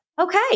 Okay